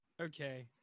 okay